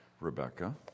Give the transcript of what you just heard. Rebecca